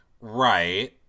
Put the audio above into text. Right